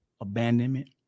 abandonment